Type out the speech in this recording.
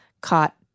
caught